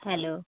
hello